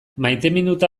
maiteminduta